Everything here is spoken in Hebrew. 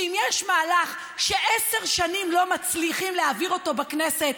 שאם יש מהלך שעשר שנים לא מצליחים להעביר אותו בכנסת,